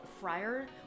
fryer